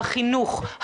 החינוך,